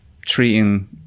treating